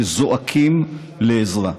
שזועקים לעזרה.